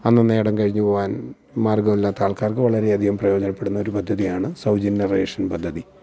അന്നന്നെ ഇടം കഴിഞ്ഞു പോവാന് മാര്ഗമില്ലാത്ത ആള്ക്കാര്ക്ക് വളരെ അധികം പ്രയോജനപ്പെടുന്ന ഒരു പദ്ധതിയാണ് സൗജന്യ റേഷന് പദ്ധതി